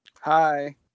Hi